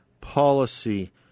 Policy